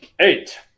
Eight